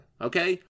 okay